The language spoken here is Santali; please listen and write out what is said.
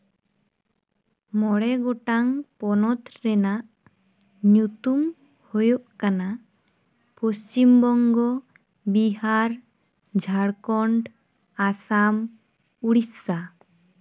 ᱢᱚᱬᱮ ᱜᱚᱴᱟᱝ ᱯᱚᱱᱚᱛ ᱨᱮᱱᱟᱜ ᱧᱩᱛᱩᱢ ᱦᱳᱭᱳᱜ ᱠᱟᱱᱟ ᱯᱚᱥᱪᱷᱤᱢ ᱵᱚᱝᱜᱚ ᱵᱤᱦᱟᱨ ᱡᱷᱟᱲᱠᱷᱚᱸᱰ ᱟᱥᱟᱢ ᱳᱰᱤᱥᱟ